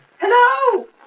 Hello